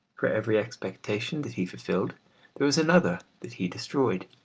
for every expectation that he fulfilled there was another that he destroyed.